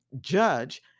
judge